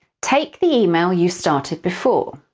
take the email you started before.